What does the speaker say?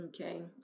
Okay